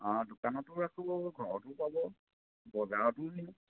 অঁ দোকানতো ৰাখোঁ ঘৰতো পাব বজাৰতো নিওঁ